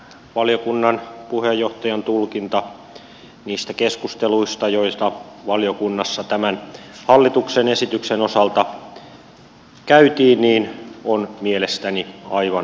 valiokunnan puheenjohtajan tulkinta niistä keskusteluista joita valiokunnassa tämän hallituksen esityksen osalta käytiin on mielestäni aivan oikea